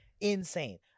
insane